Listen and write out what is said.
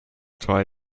try